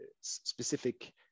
specific